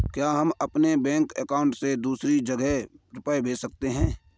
क्या हम अपने बैंक अकाउंट से दूसरी जगह रुपये भेज सकते हैं?